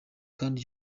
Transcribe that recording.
kandi